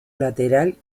lateral